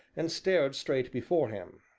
and stared straight before him.